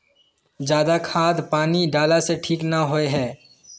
ज्यादा खाद पानी डाला से ठीक ना होए है?